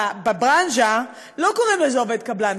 בברנז'ה לא קוראים לזה "עובד קבלן",